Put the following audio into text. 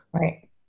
right